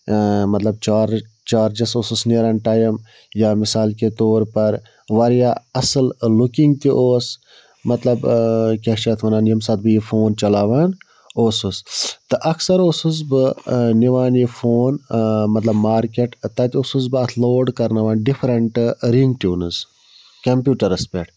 مطلب چارٕج چارجَس اوسُس نیران ٹایم یا مِثال کے طور پَر واریاہ اَصٕل لُکِنٛگ تہِ اوس مطلب کیٛاہ چھِ اَتھ وَنان ییٚمہِ ساتہٕ بہٕ یہِ فون چلاوان اوسُس تہٕ اَکثر اوسُس بہٕ نِوان یہِ فون مطلب مارکیٹ تَتہِ اوسُس بہٕ اَتھ لوڈ کَرناوان ڈِفرَنٹہٕ رِنٛگ ٹونٕز کمپیوٗٹَرَس پٮ۪ٹھ